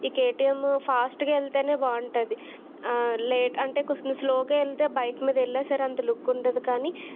ఈ కేటీఎమ్ ఫాస్ట్గా వెళ్తేనే బాగుంటుంది లేట్ అంటే కొంచం స్లోగా వెళ్తే బైక్ మీద వెళ్ళిన సరే అంత లుక్ ఉండదు కానీ